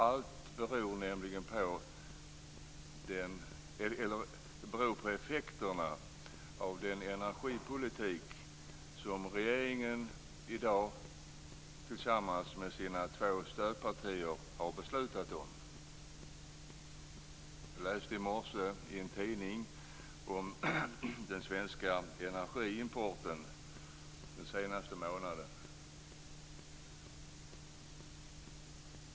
Allt beror nämligen på effekterna av den energipolitik som regeringen i dag tillsammans med sina två stödpartier har beslutat om. Jag läste i morse i en tidning om den svenska energiimporten under den senaste månaden.